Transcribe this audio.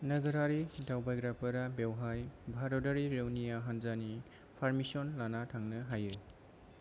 नोगोरारि दावबायग्राफोरा बेवहाय भारतारि रौनिया हानजानि पारमिसन लाना थांनो हायो